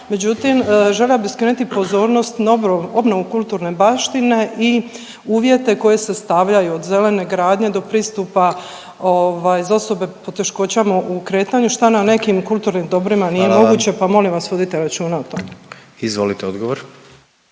Međutim, htjela bi skrenuti pozornost na obnovu kulturne baštine i uvjete koje se stavljaju od zelene gradnje do pristupa ovaj za osobe s poteškoćama u kretanju, šta na nekim kulturnim dobrima…/Upadica predsjednik: Hvala vam./…nije moguće, pa molim vas vodite računa o tome. **Jandroković,